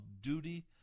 duty